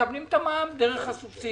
מקבלים את המע"מ דרך הסובסידיה,